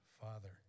Father